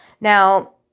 Now